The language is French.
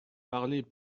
parlez